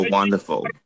Wonderful